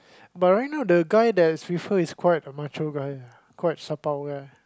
but right now the guy that's with her is quite a macho guy quite sapau guy yeah